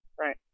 Right